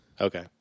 Okay